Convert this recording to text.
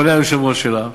כולל היושב-ראש שלה,